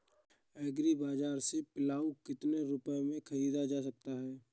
Agree बाजार से पिलाऊ कितनी रुपये में ख़रीदा जा सकता है?